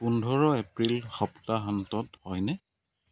পোন্ধৰ এপ্ৰিল সপ্তাহান্তত হয়নে